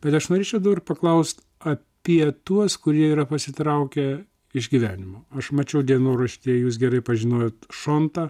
bet aš norėčiau dabar paklaust apie tuos kurie yra pasitraukę iš gyvenimo aš mačiau dienoraštyje jūs gerai pažinojote šontą